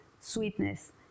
sweetness